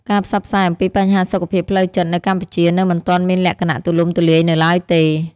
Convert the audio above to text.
ការផ្សព្វផ្សាយអំពីបញ្ហាសុខភាពផ្លូវចិត្តនៅកម្ពុជានៅមិនទាន់មានលក្ខណៈទូលំទូលាយនៅឡើយទេ។